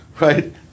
right